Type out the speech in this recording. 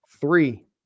three